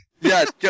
Yes